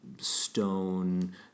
stone